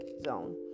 zone